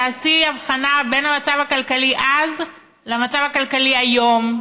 תעשי הבחנה בין המצב הכלכלי אז לבין המצב הכלכלי היום.